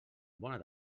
bona